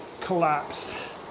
collapsed